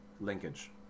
linkage